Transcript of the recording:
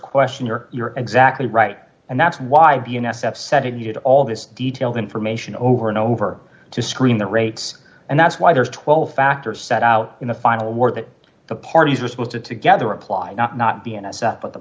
question you're you're exactly right and that's why the n f l setting needed all this detailed information over and over to screen the rates and that's why there's twelve factors set out in the final work that the parties are supposed to together apply not not the n s f but the